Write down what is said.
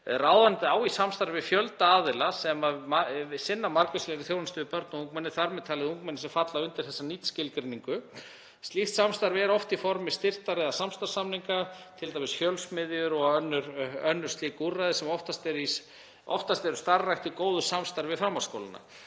Ráðuneytið á í samstarfi við fjölda aðila sem sinna margvíslegri þjónustu við börn og ungmenni, þar með talið ungmenni sem falla undir þessa NEET-skilgreiningu. Slíkt samstarf er oft í formi styrktar- eða samstarfssamninga, t.d. við Fjölsmiðjuna og önnur slík úrræði sem oftast eru starfrækt í góðu samstarfi við framhaldsskólana.